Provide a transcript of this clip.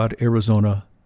Arizona